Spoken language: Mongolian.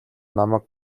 намайг